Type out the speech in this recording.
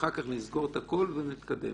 אחר כך נסגור את הכול ונתקדם.